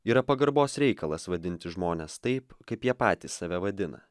yra pagarbos reikalas vadinti žmones taip kaip jie patys save vadina